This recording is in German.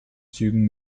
zügen